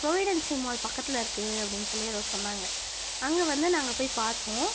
Providence mall பக்கத்தில் இருக்குது அப்படினு சொல்லி எதோ சொன்னாங்க அங்கே வந்து நாங்கள் போய் பார்த்தோம்